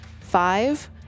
five